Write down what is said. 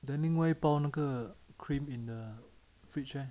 then 另外一包那个 cream in the fridge eh